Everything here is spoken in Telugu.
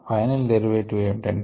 ఫైనల్ డెరివేటివ్ ఏమిటంటే